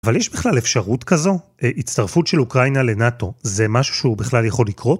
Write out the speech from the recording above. אבל יש בכלל אפשרות כזו? הצטרפות של אוקראינה לנאט"ו זה משהו שהוא בכלל יכול לקרות?